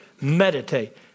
Meditate